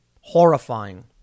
horrifying